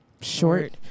Short